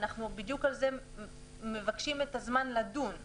אנחנו בדיוק על זה מבקשים את הזמן לדון.